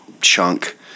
chunk